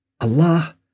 Allah